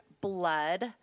blood